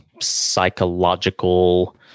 psychological